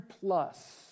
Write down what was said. plus